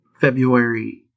February